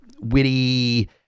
witty